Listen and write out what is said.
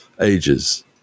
ages